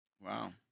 Wow